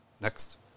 Next